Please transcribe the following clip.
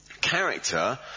Character